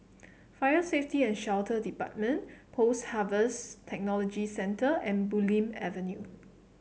Fire Safety and Shelter Department Post Harvest Technology Centre and Bulim Avenue